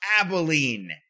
Abilene